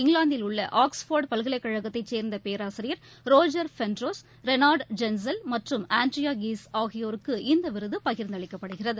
இங்கிலாந்தில் உள்ள ஆக்ஸ்போர்டுபல்கலைக் கழகத்தைசேர்ந்தபேராசிரியர் ரோஜர் பென்ரோஸ் ரெனார்டுஜென்சல் மற்றும் ஆண்ட்ரியாகீஸ் ஆகியோருக்கு இந்தவிருதுபகிர்ந்துஅளிக்கப்படுகிறது